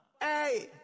Hey